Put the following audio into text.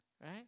right